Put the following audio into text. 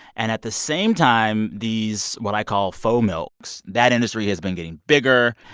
and at the same time, these what i call faux milks that industry has been getting bigger.